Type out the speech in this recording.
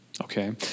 okay